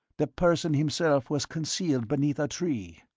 the person himself was concealed beneath a tree.